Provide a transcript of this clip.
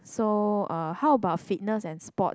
so uh how about fitness and sport